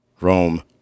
Rome